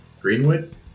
Greenwood